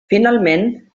finalment